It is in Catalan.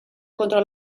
contra